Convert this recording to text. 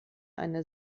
eine